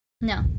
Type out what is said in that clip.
No